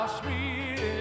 sweet